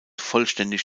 vollständig